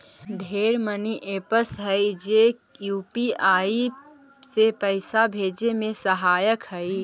ढेर money apps हई जे की यू.पी.आई से पाइसा भेजे में सहायक हई